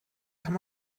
kann